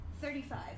thirty-five